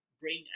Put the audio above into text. bring